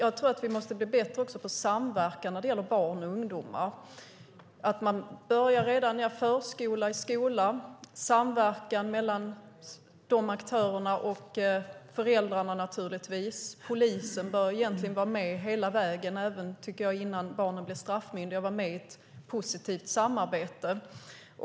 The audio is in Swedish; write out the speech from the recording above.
Vi måste också bli bättre på samverkan när det gäller barn och ungdomar, att börja redan i förskolan och skolan med samverkan mellan aktörerna och föräldrarna. Polisen bör egentligen vara med hela vägen, även innan barnen blir straffmyndiga, och vara med i ett positivt samarbete.